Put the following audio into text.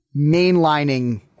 mainlining